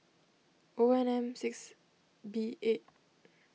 NM six B eight